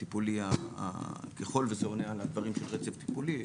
הטיפולי ככל וזה עונה על הדברים של רצף טיפולי.